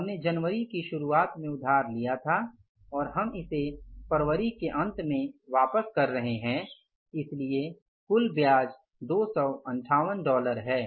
हमने जनवरी की शुरुआत में उधार लिया था और हम इसे फरवरी के अंत में वापस कर रहे हैं इसलिए कुल ब्याज 258 डॉलर है